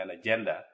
agenda